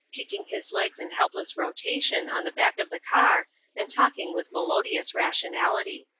kicking his legs in helpless rotation on the back of the car and talking with melodious rationality.